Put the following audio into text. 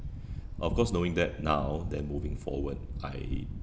of course knowing that now then moving forward I